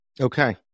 Okay